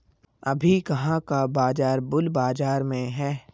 अभी कहाँ का बाजार बुल बाजार में है?